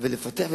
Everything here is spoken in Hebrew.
לפתח,